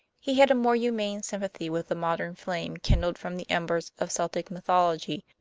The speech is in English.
he had a more humane sympathy with the modern flame kindled from the embers of celtic mythology,